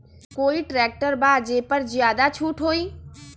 कोइ ट्रैक्टर बा जे पर ज्यादा छूट हो?